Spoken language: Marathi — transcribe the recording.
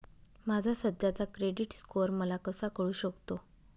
माझा सध्याचा क्रेडिट स्कोअर मला कसा कळू शकतो?